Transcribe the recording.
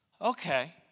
Okay